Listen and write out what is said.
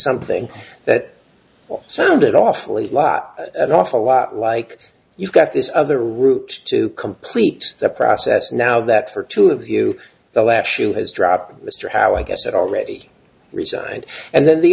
something that sounded awfully lot and awful lot like you've got this other route to complete the process now that for two of you the last show has dropped mr howell i guess it already resigned and then the